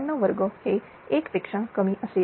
97 वर्ग हे 1 पेक्षा कमी असेल